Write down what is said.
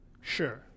Sure